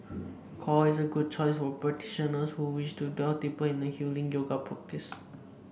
core is a good choice for practitioner who wish to delve deeper into a healing yoga practice